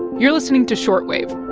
you're listening to short wave.